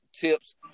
tips